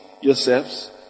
yourselves